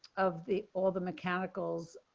of the all the mechanicals